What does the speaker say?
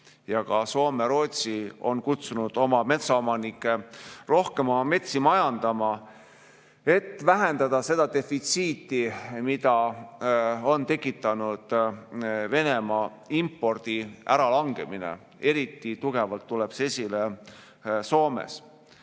Ka Soome ja Rootsi on kutsunud oma metsaomanikke rohkem metsi majandama, et vähendada defitsiiti, mille on tekitanud Venemaa impordi äralangemine. Eriti tugevalt tuleb see esile Soomes.